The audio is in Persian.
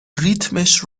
ریتمش